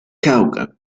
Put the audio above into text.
cáucaso